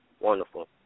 wonderful